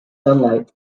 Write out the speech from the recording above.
sunlight